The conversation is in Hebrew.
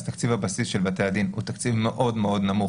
אז תקציב הבסיס של בתי הדין תקציב מאוד מאוד נמוך